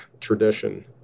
tradition